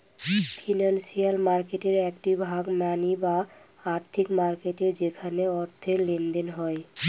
financial মার্কেটের একটি ভাগ মানি বা আর্থিক মার্কেট যেখানে অর্থের লেনদেন হয়